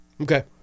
okay